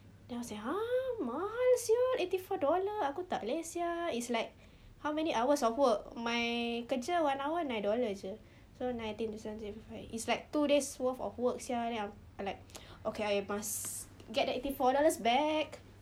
then I say !huh! mahal sia eighty four dollar aku tak boleh sia it's like how many hours of work my kerja one hour nine dollars jer so nine it's like two days worth of work sia then I'm like okay I must get that eighty four dollars back